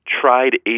tried